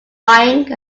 buying